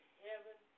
heaven